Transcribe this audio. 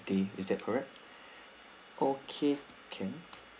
then is that correct okay can